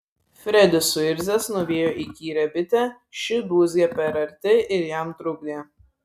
fredis suirzęs nuvijo įkyrią bitę ši dūzgė per arti ir jam trukdė